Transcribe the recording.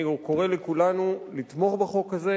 אני קורא לכולנו לתמוך בחוק הזה,